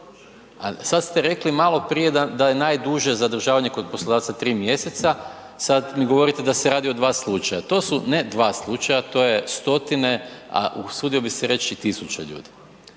sad ste rekli maloprije da je najduže zadržavanje kod poslodavca 3 mjeseca, sad mi govorite da se radi o 2 slučaja. To su ne 2 slučaja to je stotine, a usudio bi se reć i tisuće ljudi.